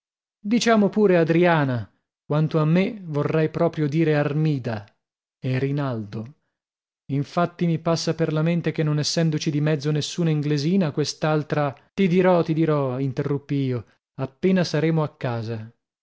diciamo pure adriana quanto a me vorrei proprio dire armida e rinaldo infatti mi passa per la mente che non essendoci di mezzo nessuna inglesina quest'altra ti dirò ti dirò interruppi io appena saremo a casa